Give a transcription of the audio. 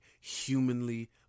humanly